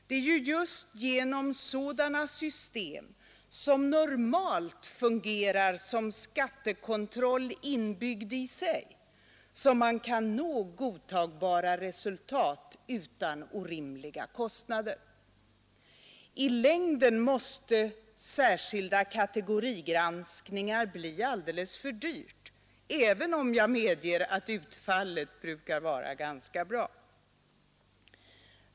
Det är just genom sådana system som normalt har en skattekontroll inbyggd i sig som man kan nå godtagbara resultat utan orimliga kostnader. I längden måste särskilda kategorigranskningar bli alldeles för dyra, även om jag medger att utfallet brukar vara ganska bra.